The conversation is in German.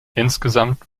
insgesamt